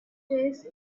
days